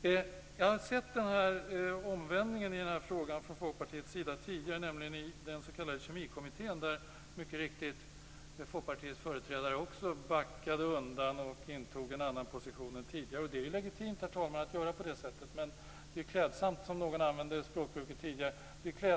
Jag har sett omvändningen i den här frågan från Folkpartiets sida tidigare, nämligen i den s.k. Kemikommittén, där Folkpartiets företrädare mycket riktigt också backade undan och intog en annan position än tidigare. Det är legitimt att göra på det sättet, herr talman. Men det är klädsamt - ett språkbruk som någon använde tidigare